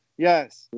Yes